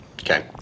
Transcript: okay